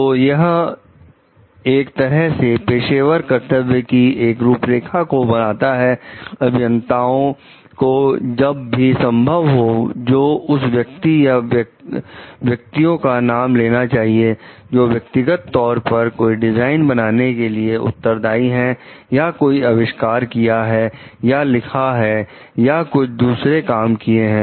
दो यह एक तरह से पेशेवर कर्तव्य की एक रूपरेखा को बनाता है अभियंताओं को जब भी संभव हो तो उस व्यक्ति या व्यक्तियों का नाम लेना चाहिए जो व्यक्तिगत तौर पर कोई डिजाइन बनाने के लिए उत्तरदाई हैं या कोई अविष्कार किया है या लिखा है या कुछ दूसरे काम किए हैं